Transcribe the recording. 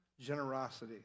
generosity